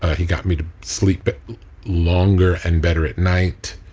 he got me to sleep longer and better at night.